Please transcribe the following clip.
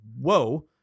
whoa